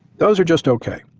those are just okay.